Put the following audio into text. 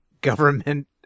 government